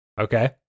Okay